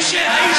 הפוסל במומו פוסל.